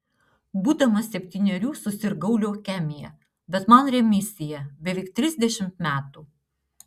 būdamas septynerių susirgau leukemija bet man remisija beveik trisdešimt metų